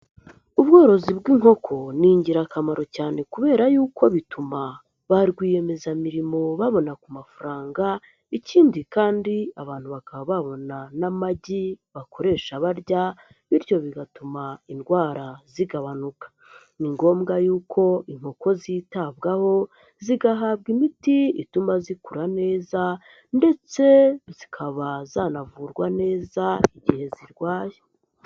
Ubworozi bw'inkoko ni ingirakamaro cyane kubera y'uko bituma ba rwiyemezamirimo babona ku mafaranga, ikindi kandi abantu bakaba babona n'amagi bakoresha barya bityo bigatuma indwara zigabanuka, ni ngombwa y'uko inkoko zitabwaho zigahabwa imiti ituma zikura neza ndetse zikaba zanavurwa neza igihe zirwaye.